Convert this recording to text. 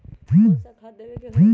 कोन सा खाद देवे के हई?